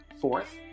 Fourth